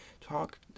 talk